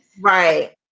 Right